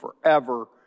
forever